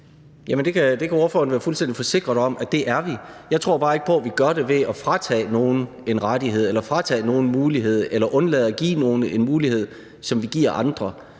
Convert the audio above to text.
Det kan ordføreren være fuldstændig forsikret om at vi er. Jeg tror bare ikke på, at vi gør det ved at fratage nogen en rettighed eller fratage nogen en mulighed eller undlade at give nogen en mulighed, som vi giver andre,